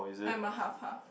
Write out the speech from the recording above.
I'm a half half